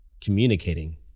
communicating